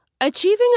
Achieving